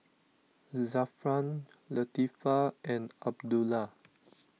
Zafran Latifa and Abdullah